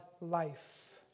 life